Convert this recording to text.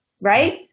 right